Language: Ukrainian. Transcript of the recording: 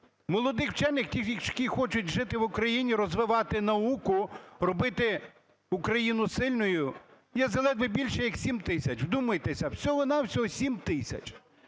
молодих вчених, які хочуть жити в Україні, розвивати науку, робити Україну сильною, є заледве більше як 7 тисяч. Вдумайтеся, всього-на-всього 7 тисяч!